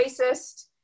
racist